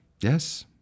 yes